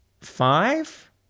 five